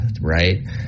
right